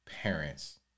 parents